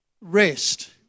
rest